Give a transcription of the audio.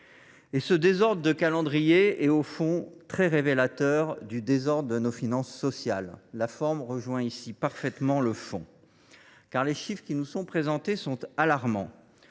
Ce désordre de calendrier est au fond très révélateur du désordre de nos finances sociales ; ici, la forme rejoint parfaitement le fond. Les chiffres qui nous sont présentés sont alarmants.